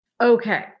Okay